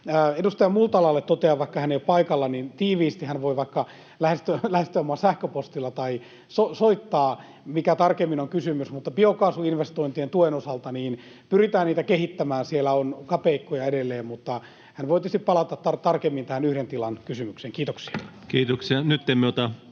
Edustaja Multalalle totean, vaikka hän ei ole paikalla, tiiviisti, ja hän voi vaikka lähestyä minua sähköpostilla tai soittaa, mikä tarkemmin on kysymys, mutta biokaasuinvestointien tuen osalta pyritään niitä kehittämään. Siellä on kapeikkoja edelleen. Mutta hän voisi palata tarkemmin tähän yhden tilan kysymyksen. — Kiitoksia.